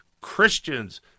Christians